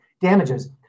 damages